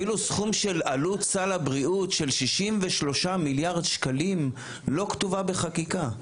אפילו סכום של עלות סל הבריאות של 63 מיליארד שקלים לא כתובה בחקיקה,